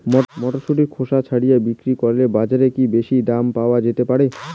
মটরশুটির খোসা ছাড়িয়ে বিক্রি করলে বাজারে কী বেশী দাম পাওয়া যেতে পারে?